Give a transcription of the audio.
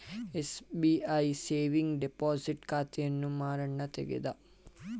SBI saving deposit ಖಾತೆಯನ್ನು ಮಾರಣ್ಣ ತೆಗದ